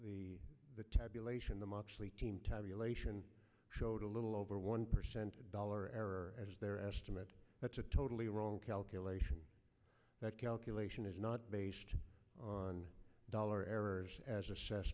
the the tabulation the moxley team tabulation showed a little over one percent dollar error as their estimate that's a totally wrong calculation that calculation is not based on dollar errors as a